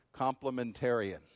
complementarian